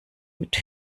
mit